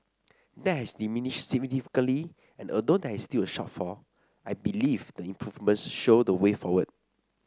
that has diminished significantly and although there is still a shortfall I believe the improvements show the way forward